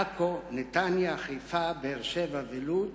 עכו, נתניה, חיפה, באר-שבע ולוד.